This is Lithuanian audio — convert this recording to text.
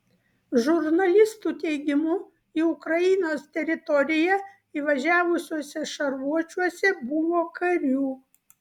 žurnalistų teigimu į ukrainos teritoriją įvažiavusiuose šarvuočiuose buvo karių